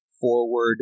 forward